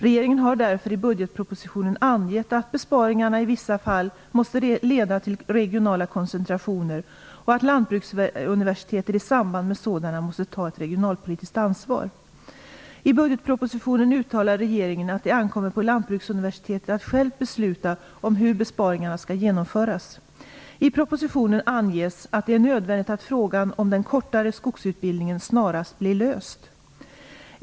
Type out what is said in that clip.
Regeringen har därför i budgetpropositionen angett att besparingarna i vissa fall måste leda till regionala koncentrationer och att Lantbruksuniversitetet i samband med sådana måste ta ett regionalpolitiskt ansvar. I budgetpropositionen uttalar regeringen att det ankommer på Lantbruksuniversitetet att självt besluta om hur besparingarna skall genomföras. I propositionen anges att det är nödvändigt att frågan om den kortare skogsutbildningen snarast blir löst.